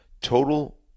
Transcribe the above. Total